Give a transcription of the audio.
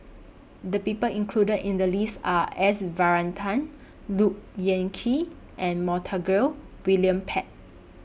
The People included in The list Are S Varathan Look Yan Kit and Montague William Pett